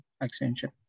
extension